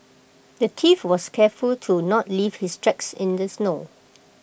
the thief was careful to not leave his tracks in the snow